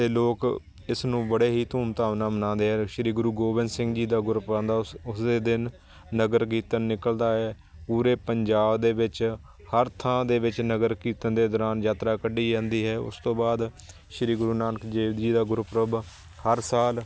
ਦੇ ਲੋਕ ਇਸ ਨੂੰ ਬੜੇ ਹੀ ਧੂਮ ਧਾਮ ਨਾਲ ਮਨਾਉਂਦੇ ਹਾਂ ਸ਼੍ਰੀ ਗੁਰੂ ਗੋਬਿੰਦ ਸਿੰਘ ਜੀ ਦਾ ਗੁਰਪੁਰਬ ਆਉਂਦਾ ਉਸਦੇ ਦਿਨ ਨਗਰ ਕੀਰਤਨ ਨਿਕਲਦਾ ਹੈ ਪੂਰੇ ਪੰਜਾਬ ਦੇ ਵਿੱਚ ਹਰ ਥਾਂ ਦੇ ਵਿੱਚ ਨਗਰ ਕੀਰਤਨ ਦੇ ਦੌਰਾਨ ਯਾਤਰਾ ਕੱਢੀ ਜਾਂਦੀ ਹੈ ਉਸ ਤੋਂ ਬਾਅਦ ਸ਼੍ਰੀ ਗੁਰੂ ਨਾਨਕ ਦੇਵ ਜੀ ਦਾ ਗੁਰਪੁਰਬ ਹਰ ਸਾਲ